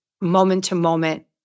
moment-to-moment